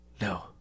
No